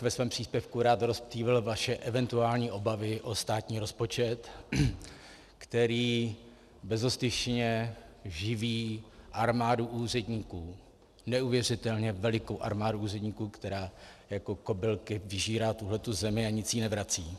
Ve svém příspěvku bych rád rozptýlil vaše eventuální obavy o státní rozpočet, který bezostyšně živí armádu úředníků, neuvěřitelně velikou armádu úředníků, která jako kobylky vyžírá tuhletu zemi a nic jí nevrací.